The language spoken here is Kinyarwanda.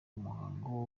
umuhango